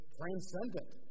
transcendent